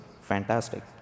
fantastic